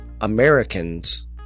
Americans